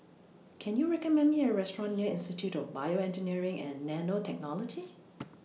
Can YOU recommend Me A Restaurant near Institute of Bioengineering and Nanotechnology